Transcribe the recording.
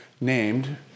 named